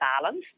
balance